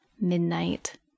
midnight